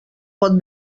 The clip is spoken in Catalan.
pot